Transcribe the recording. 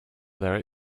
there